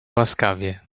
łaskawie